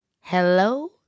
Hello